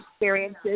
experiences